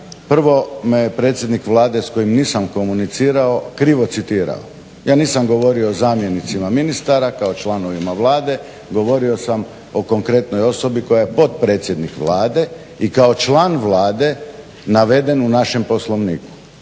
prvo me je predsjednik Vlade s kojim nisam komunicirao krivo citirao. Ja nisam govorio o zamjenicima ministara kao članovima Vlade, govorio sam o konkretnoj osobi koja je potpredsjednik Vlade i kao član Vlade naveden u našem Poslovniku.